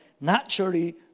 naturally